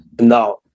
Now